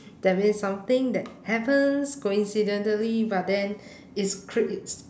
that means something that happens coincidentally but then it's cra~ it's